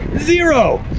zero.